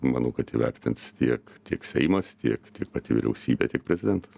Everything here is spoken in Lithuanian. manau kad įvertins tiek tiek seimas tiek tiek pati vyriausybė tiek prezidentas